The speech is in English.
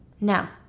Now